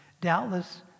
Doubtless